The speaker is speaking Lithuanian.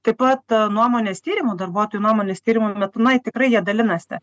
taip pat a nuomonės tyrimų darbuotojų nuomonės tyrimo metu na tikrai jie dalinasi